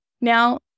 Now